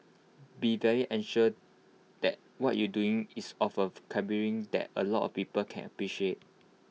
be very assured that what you're doing is of A calibre that A lot of people can appreciate